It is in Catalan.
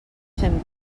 fem